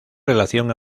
relación